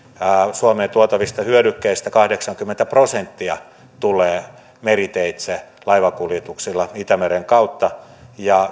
suomeen tuotavista hyödykkeistä kahdeksankymmentä prosenttia tulee meriteitse laivakuljetuksilla itämeren kautta ja